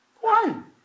one